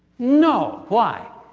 no. why?